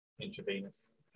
intravenous